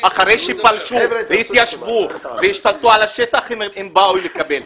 אחרי שפלשו והתיישבו והשתלטו על השטח הם באו לקבל.